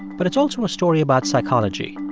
but it's also a story about psychology.